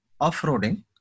off-roading